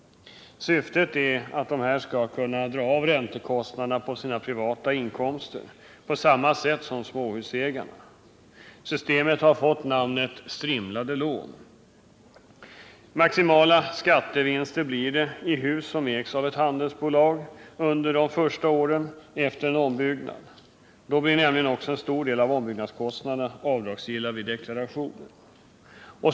Syftet är att dessa skall kunna dra av räntekostnaderna på sina privata inkomster — på samma sätt som småhusägarna. Systemet har fått namnet strimlade lån. Maximala skattevinster blir det i hus som ägs av ett handelsbolag under de första åren efter en ombyggnad. Då blir nämligen också en stor del av ombyggnadskostnaderna avdragsgilla vid deklaration.